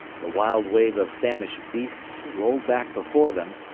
the wild wave of famished beasts rolled back before them,